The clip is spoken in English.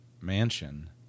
mansion